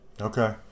okay